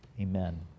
amen